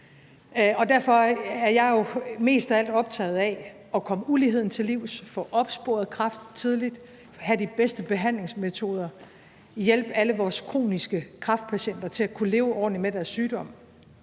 f.eks. min egen mor – er at komme uligheden til livs, få opsporet kræft tidligt, have de bedste behandlingsmetoder og hjælpe alle vores kroniske kræftpatienter til at kunne leve ordentligt med deres sygdom.